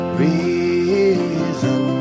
reason